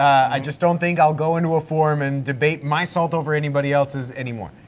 i just don't think i'll go into a forum and debate my salt over anybody else's anymore.